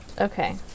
Okay